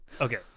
Okay